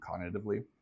cognitively